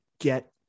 get